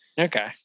Okay